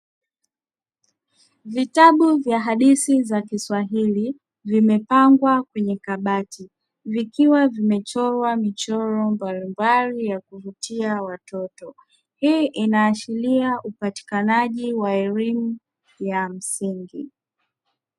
Vitabu vya hadithi za kiswahili vimepangwa kwenye kabati vikiwa vimechorwa michoro mbalimbali ya kuvutia watoto, hii inaashiria upatikanaji wa elimu ya msingi.